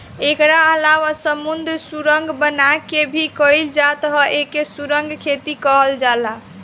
एकरा अलावा समुंदर सुरंग बना के भी कईल जात ह एके सुरंग खेती कहल जाला